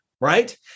right